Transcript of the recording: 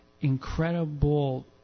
incredible